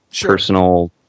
personal